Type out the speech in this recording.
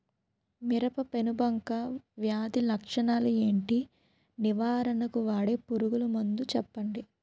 మిరప పెనుబంక వ్యాధి లక్షణాలు ఏంటి? నివారణకు వాడే పురుగు మందు చెప్పండీ?